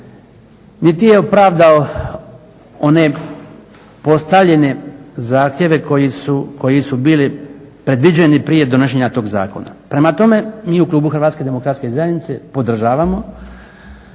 niti je opravdao one postavljene zahtjeve koji su bili predviđeni prije donošenja toga zakona. Prema tome, mi u klubu HDZ-a podržavamo